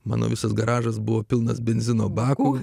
mano visas garažas buvo pilnas benzino bako